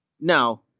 Now